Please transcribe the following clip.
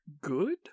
good